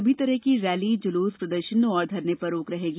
सभी तरह की रैली जुलूस प्रदर्शन और धरने पर रोक रहेगी